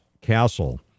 Castle